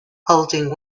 holding